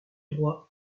droits